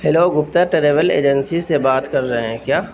hello Gupta travel agency سے بات کر رہے ہیں کیا